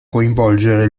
coinvolgere